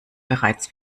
bereits